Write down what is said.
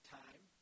time